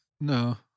No